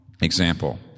Example